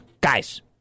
Guys